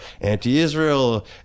anti-Israel